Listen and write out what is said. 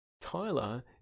Tyler